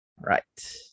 Right